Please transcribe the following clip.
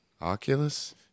Oculus